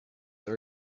the